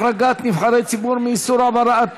החרגת נבחרי ציבור מאיסור העברת